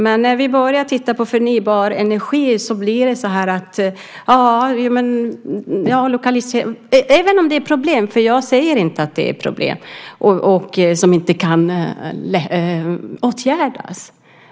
Men när vi börjar titta på förnybar energi, så säger jag inte att det är problem som inte kan åtgärdas.